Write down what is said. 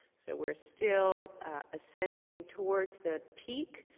so we are still ascending towards the peak,